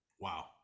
Wow